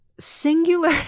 Singular